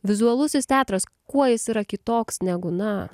vizualusis teatras kuo jis yra kitoks negu na